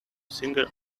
singer